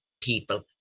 people